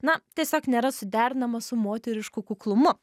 na tiesiog nėra suderinama su moterišku kuklumu